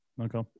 okay